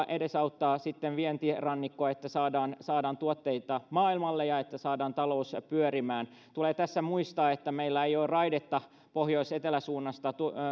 edesauttavat vientirannikkoa että saadaan saadaan tuotteita maailmalle ja että saadaan talous pyörimään tulee tässä muistaa että meillä ei ole raidetta pohjois etelä suunnassa